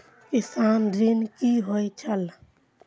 किसान ऋण की होय छल?